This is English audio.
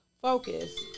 focus